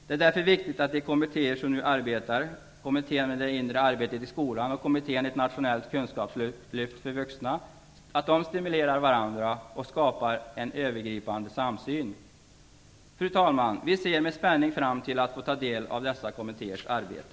Det är därför viktigt att de kommittéer som nu arbetar - stimulerar varandra och skapar en övergripande samsyn. Fru talman! Vi ser med spänning fram emot att få ta del av dessa kommittéers arbete.